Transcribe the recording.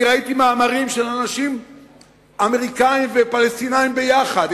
אני ראיתי מאמרים של אמריקנים ופלסטינים ביחד.